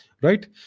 right